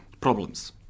problems